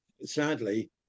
sadly